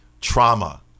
trauma